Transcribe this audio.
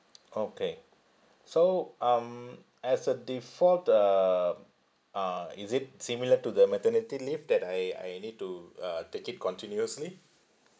okay so um as a default um uh is it similar to the maternity leave that I I need to uh take it continuously